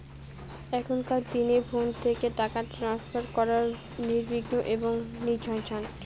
এখনকার দিনে ফোন থেকে টাকা ট্রান্সফার করা নির্বিঘ্ন এবং নির্ঝঞ্ঝাট